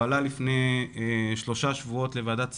הוא עלה לפני שלושה שבועות לוועדת שרים.